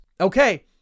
Okay